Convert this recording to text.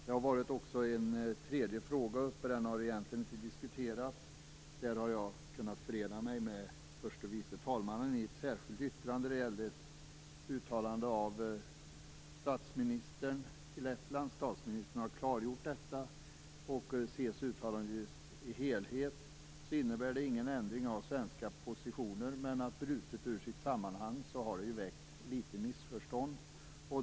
Det har också varit en tredje fråga uppe. Den har egentligen inte diskuterats. Där har jag kunnat förena mig med förste vice talmannen i ett särskilt yttrande. Statsministern har klarlagt uttalandet i Lettland. Ses uttalandet i sin helhet innebär det ingen ändring av svenska positioner. Men brutet ur sitt sammanhang har det lett till litet av ett missförstånd.